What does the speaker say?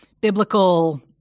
biblical